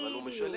אבל הוא משלם.